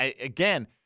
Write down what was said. again